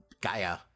Gaia